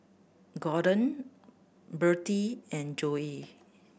Gorden Birtie and Joey